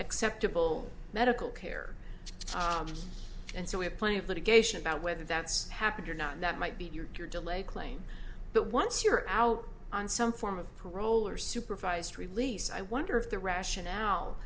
acceptable medical care and so we have plenty of litigation about whether that's happened or not that might be your delay claim but once you're out on some form of parole or supervised release i wonder if the rationale